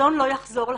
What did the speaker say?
גדעון לא יחזור לחיים,